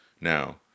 Now